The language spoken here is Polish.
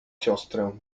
siostrę